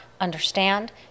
understand